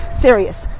serious